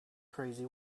crazy